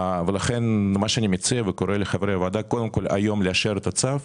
ולכן מה שאני מציע זה לאשר היום את הצו,